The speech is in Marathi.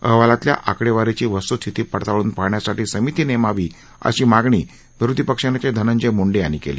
अहवालातल्या आकडेवारीची वस्तूस्थिती पडताळून पाहण्यासाठी समिती नेमावी अशी मागणी विरोधी पक्षनेते धनंजय मुंडे यांनी केली